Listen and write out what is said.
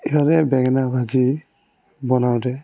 সিহঁতে বেঙেনা ভাজি বনাওঁতে